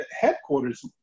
Headquarters